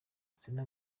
selena